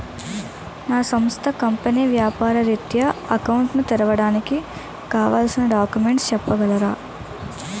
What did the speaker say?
నా సంస్థ కంపెనీ వ్యాపార రిత్య అకౌంట్ ను తెరవడానికి కావాల్సిన డాక్యుమెంట్స్ చెప్పగలరా?